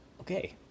okay